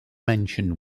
mention